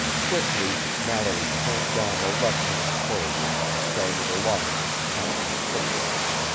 quickly mallory turned down the left-hand corridor and started along it, counting his footsteps.